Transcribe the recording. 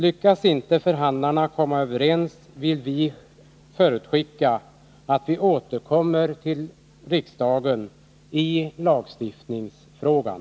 Vi vill förutskicka att om förhandlarna inte lyckas komma överens, så återkommer vi till riksdagen i lagstiftningsfrågan.